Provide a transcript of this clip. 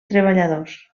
treballadors